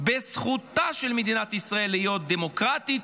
זכותה של מדינת ישראל להיות דמוקרטית,